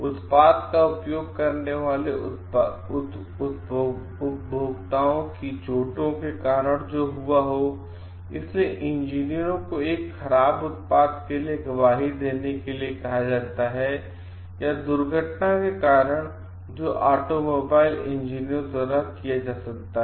उत्पाद का उपयोग करने वाले उपभोक्ताओं को चोटों के कारण जो हुआ इसलिए इंजीनियरों को एक खराब उत्पाद के लिए गवाही देने के लिए कहा जाता है या दुर्घटना के कारण जो ऑटोमोबाइल इंजीनियरों द्वारा किया जा सकता है